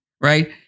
right